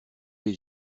les